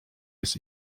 jest